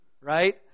right